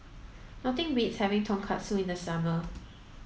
nothing beats having Tonkatsu in the summer